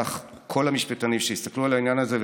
כך כל המשפטנים שהסתכלו על העניין הזה,